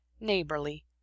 neighborly